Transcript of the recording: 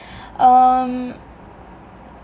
um